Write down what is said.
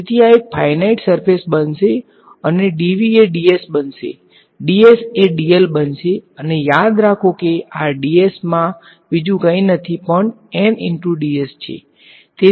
તેથી આ એક ફાઈનાઈટ સર્ફેસ બનશે અને dV એ dS બનશે dS એ dl બનશે અને યાદ રાખો કે આ ds આ બીજું કંઈ નથી પણ છે